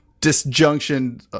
disjunction